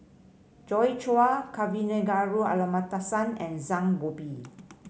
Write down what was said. Joi Chua Kavignareru Amallathasan and Zhang Bohe